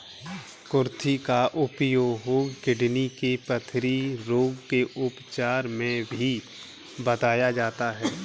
कुर्थी का उपयोग किडनी के पथरी रोग के उपचार में भी बताया जाता है